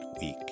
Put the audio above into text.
week